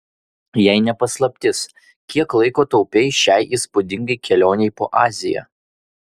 jei ne paslaptis kiek laiko taupei šiai įspūdingai kelionei po aziją